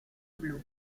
blu